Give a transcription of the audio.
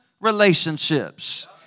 relationships